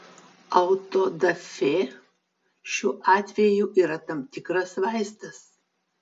autodafė šiuo atveju yra tam tikras vaistas